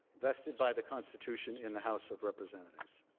vested by the constitution in the house of representatives